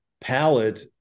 palette